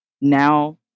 now